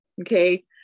Okay